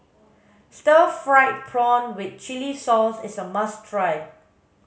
Stir Fried Prawn with chili sauce is a must try